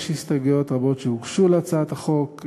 הוגשו הסתייגויות רבות להצעת החוק,